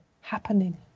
happening